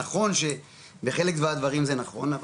נכון שבחלק מהדברים זה נכון,